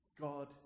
God